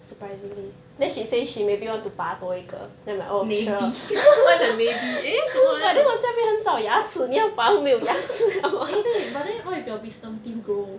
maybe why the maybe eh 什么来的 eh wait but then what if your wisdom teeth grow